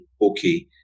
okay